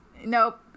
Nope